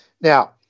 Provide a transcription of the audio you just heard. Now